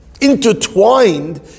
intertwined